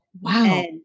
Wow